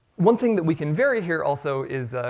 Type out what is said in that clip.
one thing that we can vary here also, is